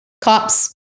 cops